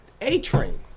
A-Train